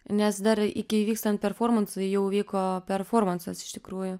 nes dar iki įvykstant performansui jau vyko performansas iš tikrųjų